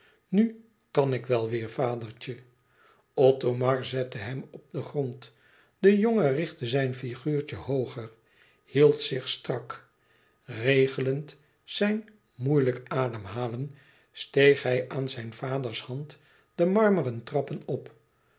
nu kan ik wel weêr vadertje othomar zette hem op den grond de jongen richtte zijn figuurtje hooger hield zich strak regelend zijn moeilijk ademhalen steeg hij aan zijn vaders hand de marmeren trappen op